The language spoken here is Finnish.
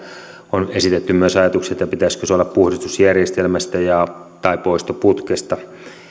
on esitetty myös ajatuksia pitäisikö sen olla puhdistusjärjestelmästä tai poistoputkesta